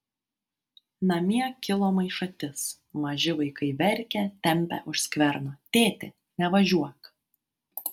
namie kilo maišatis maži vaikai verkia tempia už skverno tėti nevažiuok